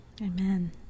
Amen